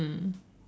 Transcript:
mm